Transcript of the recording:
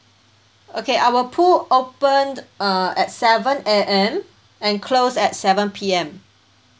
okay our pool opened uh at seven A_M and close at seven P_M